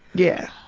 yeah.